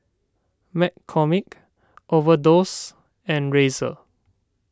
McCormick Overdose and Razer